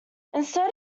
instead